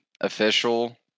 official